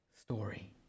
story